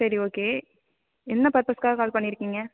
சரி ஓகே என்ன பர்பஸ்க்காக கால் பண்ணிருக்கீங்க